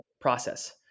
process